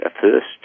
first